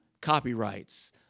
copyrights